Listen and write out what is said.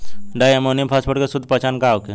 Di ammonium phosphate के शुद्ध पहचान का होखे?